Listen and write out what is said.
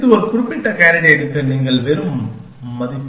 இது ஒரு குறிப்பிட்ட கேண்டிடேட்க்கு நீங்கள் பெறும் மதிப்பு